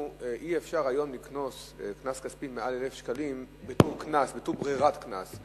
אי-אפשר היום לקנוס בקנס כספי מעל 1,000 שקלים בתור ברירת קנס.